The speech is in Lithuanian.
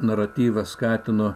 naratyvą skatino